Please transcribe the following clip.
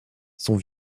sont